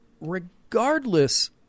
regardless